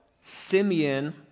Simeon